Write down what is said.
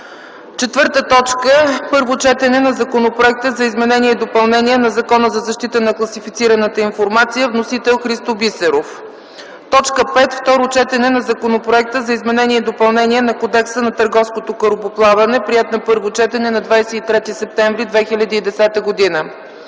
4. Първо четене на Законопроекта за изменение и допълнение на Закона за защита на класифицираната информация. Вносител е Христо Бисеров. 5. Второ четене на Законопроекта за изменение и допълнение на Кодекса на търговското корабоплаване. Приет е на първо четене на 23 септември 2010 г.